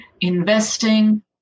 investing